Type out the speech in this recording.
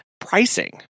pricing